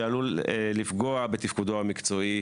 שעלול לפגוע בתפקודו המקצועי.